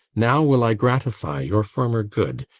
now will i gratify your former good,